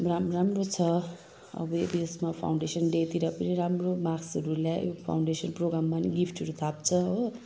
राम् राम्रो छ अब एडिएसमा फाउन्डेसन डेतिर पनि राम्रो मार्क्सहरू ल्यायो फाउन्डेसन प्रोग्राममा नि गिफ्टहरू थाप्छ हो